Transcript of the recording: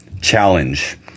challenge